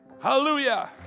Hallelujah